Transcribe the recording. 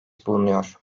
bulunuyor